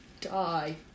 die